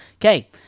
Okay